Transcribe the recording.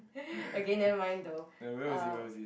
okay never mind though uh